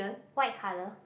white colour